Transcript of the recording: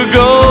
go